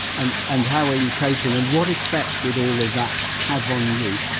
and and how are you coping and what effect did all of that have on you?